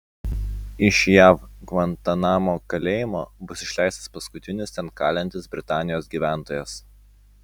iš jav gvantanamo kalėjimo bus išleistas paskutinis ten kalintis britanijos gyventojas